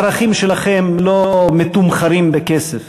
הערכים שלכם לא מתומחרים בכסף,